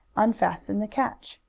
unfasten the catch.